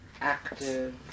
active